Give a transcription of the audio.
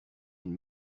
une